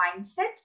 mindset